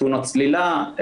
תאונות צלילה,